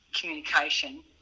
communication